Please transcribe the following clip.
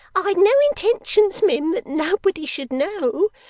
i had no intentions, mim, that nobody should know.